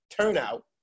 turnout